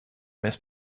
miss